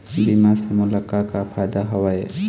बीमा से मोला का का फायदा हवए?